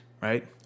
right